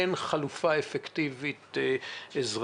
אין בעולם כיום חלופה אפקטיבית אזרחית.